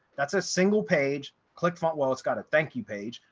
that's a single page, click font. well, it's got a thank you page,